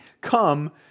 come